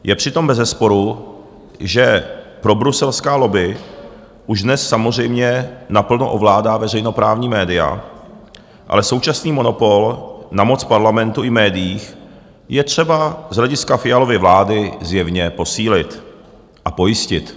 Je přitom bezesporu, že probruselská lobby už dnes samozřejmě naplno ovládá veřejnoprávní média, ale současný monopol na moc Parlamentu i v médiích je třeba z hlediska Fialovy vlády zjevně posílit a pojistit.